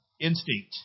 instinct